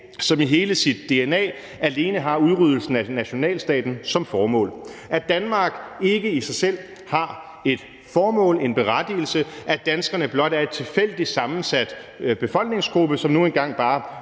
som i hele sit dna alene har udryddelsen af nationalstaten som formål; at Danmark ikke i sig selv har et formål, en berettigelse, at danskerne blot er en tilfældigt sammensat befolkningsgruppe, som nu engang bare